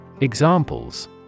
Examples